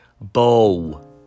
Bow